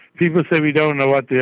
people say we don't know what they